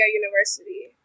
University